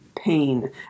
Pain